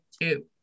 two